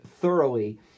thoroughly